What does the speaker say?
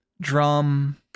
Drum